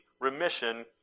remission